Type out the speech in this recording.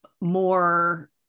more